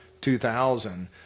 2000